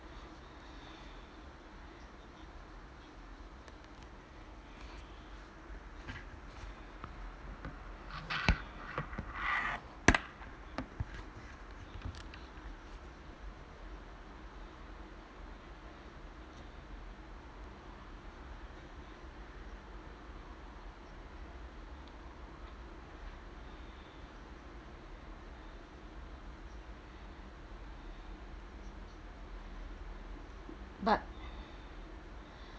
but